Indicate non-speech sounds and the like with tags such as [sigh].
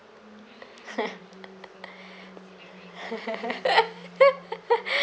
[laughs]